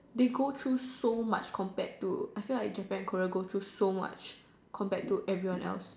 they go through so much compared to I feel like Japan Korean go through so much compared to everyone else